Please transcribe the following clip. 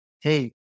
hey